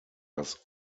das